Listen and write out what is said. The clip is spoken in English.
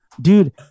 dude